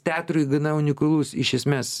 teatrui gana unikalus iš esmės